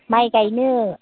माइ गायनो